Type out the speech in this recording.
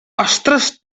ostres